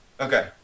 Okay